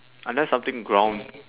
unless something ground